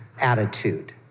attitude